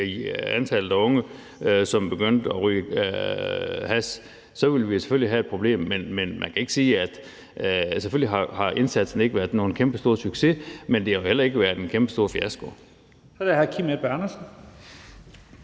antallet af unge, som begyndte at ryge hash, så ville vi selvfølgelig have et problem. Man kan sige, at selvfølgelig har indsatsen ikke været nogen kæmpestor succes, men den har jo heller ikke været en kæmpestor fiasko.